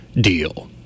deal